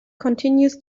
continues